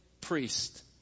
priest